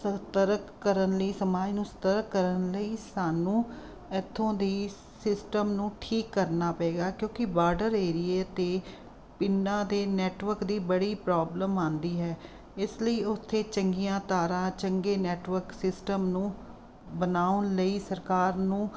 ਸਤਰਕ ਕਰਨ ਲਈ ਸਮਾਜ ਨੂੰ ਸਤਰਕ ਕਰਨ ਲਈ ਸਾਨੂੰ ਇੱਥੋਂ ਦੀ ਸਿਸਟਮ ਨੂੰ ਠੀਕ ਕਰਨਾ ਪਏਗਾ ਕਿਉਂਕਿ ਬਾਰਡਰ ਏਰੀਏ 'ਤੇ ਪਿੰਡਾਂ ਦੇ ਨੈਟਵਰਕ ਦੀ ਬੜੀ ਪ੍ਰੋਬਲਮ ਆਉਂਦੀ ਹੈ ਇਸ ਲਈ ਉੱਥੇ ਚੰਗੀਆਂ ਤਾਰਾਂ ਚੰਗੇ ਨੈਟਵਰਕ ਸਿਸਟਮ ਨੂੰ ਬਣਾਉਣ ਲਈ ਸਰਕਾਰ ਨੂੰ